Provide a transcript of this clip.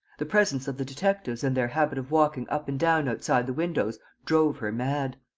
the presence of the detectives and their habit of walking up and down outside the windows drove her mad.